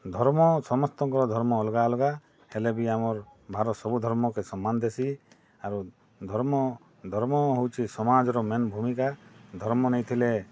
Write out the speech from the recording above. ଧର୍ମ ସମସ୍ତଙ୍କ ଧର୍ମ ଅଲଗା ଅଲଗା ହେଲେ ବି ଆମର୍ ମାର୍ ସବୁ ଧର୍ମ କେ ସମ୍ମାନ୍ ଦେଶି ଆରୁ ଧର୍ମ ଧର୍ମ ହଉଛି ସମାଜର ମେନ୍ ଭୂମିକା ଧର୍ମ ନେଇ ଥିଲେ